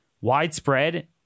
Widespread